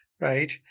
right